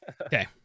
okay